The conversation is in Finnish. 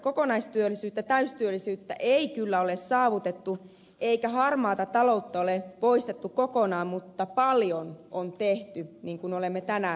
kokonaistyöllisyyttä täystyöllisyyttä ei kyllä ole saavutettu eikä harmaata taloutta ole poistettu kokonaan mutta paljon on tehty niin kuin olemme tänään kuulleet